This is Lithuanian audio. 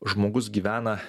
žmogus gyvena